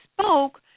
spoke